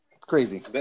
crazy